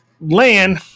land